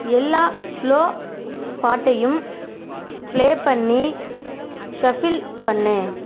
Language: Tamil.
எல்லா ஸ்லோ பாட்டையும் ப்ளே பண்ணி ஷஃபில் பண்ணு